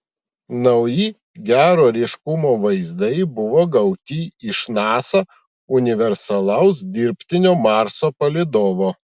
nauji gero ryškumo vaizdai buvo gauti iš nasa universalaus dirbtinio marso palydovo